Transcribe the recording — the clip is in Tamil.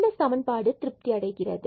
இந்த சமன்பாடு திருப்தி அடைகிறது